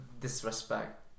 Disrespect